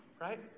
right